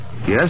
Yes